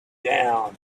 down